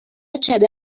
accede